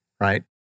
right